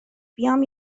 بیام